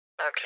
Okay